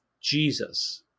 Jesus